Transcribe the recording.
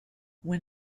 when